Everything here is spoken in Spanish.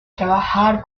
trabajar